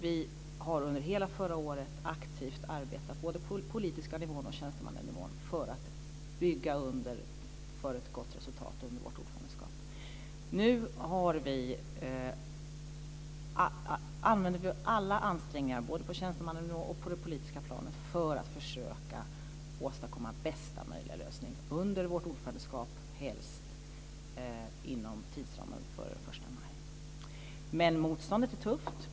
Vi har under hela förra året aktivt arbetat, både på den politiska nivån och på tjänstemannanivån, för att bygga under för ett gott resultat under vårt ordförandeskap. Nu använder vi alla ansträngningar, både på tjänstemannanivå och på det politiska planet, för att försöka åstadkomma bästa möjliga lösning under vårt ordförandeskap, helst inom tidsramen före den 1 maj. Men motståndet är tufft.